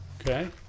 Okay